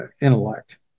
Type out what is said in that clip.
intellect